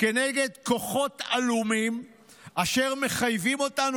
כנגד כוחות עלומים אשר מחייבים אותנו